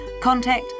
contact